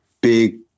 big